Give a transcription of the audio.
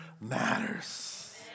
matters